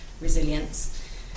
resilience